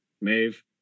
Maeve